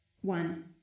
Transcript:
One